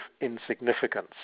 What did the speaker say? insignificance